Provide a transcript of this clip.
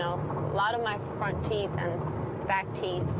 a lot of my front teeth and back teeth.